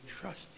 trust